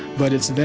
but it's there,